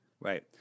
Right